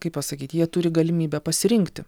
kaip pasakyt jie turi galimybę pasirinkti